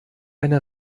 eine